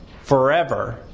forever